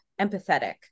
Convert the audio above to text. empathetic